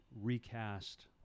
recast